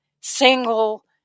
single